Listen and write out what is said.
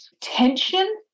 tension